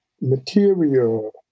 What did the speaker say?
material